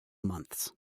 months